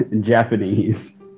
Japanese